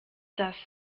das